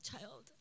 child